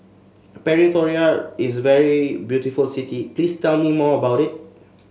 Pretoria is a very beautiful city please tell me more about it